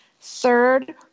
Third